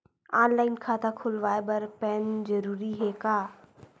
Online खाता खुलवाय बर पैन जरूरी हे का?